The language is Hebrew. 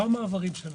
המעברים הללו